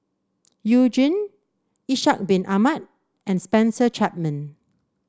You Jin Ishak Bin Ahmad and Spencer Chapman